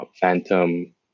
Phantom